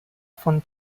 von